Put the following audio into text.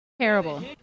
Terrible